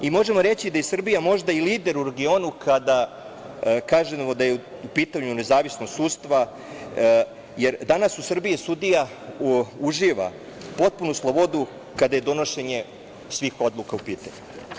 Možemo reći da i Srbija možda i lider u regionu kada kažemo da je u pitanju nezavisnost sudstva, jer danas u Srbiji sudija uživa potpunu slobodu kada je donošenje svih odluka u pitanju.